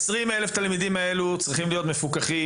ה-20 אלף תלמידים האלה צריכים להיות מפוקחים